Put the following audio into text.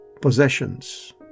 possessions